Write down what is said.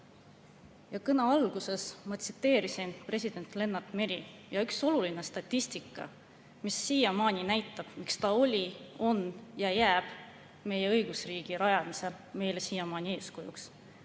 Kõne alguses ma tsiteerisin president Lennart Meri. Üks oluline statistika, mis siiamaani näitab, miks ta oli, on ja jääb meie õigusriigi rajamisel meile siiamaani eeskujuks: